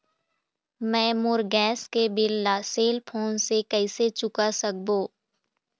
मैं मोर गैस के बिल ला सेल फोन से कइसे चुका सकबो?